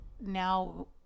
now